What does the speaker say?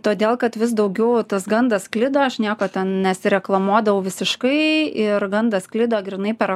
todėl kad vis daugiau tas gandas sklido aš nieko ten nesireklamuodavau visiškai ir gandas sklido grynai per